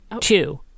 two